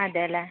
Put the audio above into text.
അതെ അല്ലേ